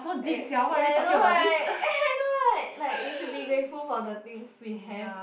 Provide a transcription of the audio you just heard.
ya I know right I know right like we should be grateful for the things we have